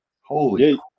Holy